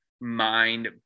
mind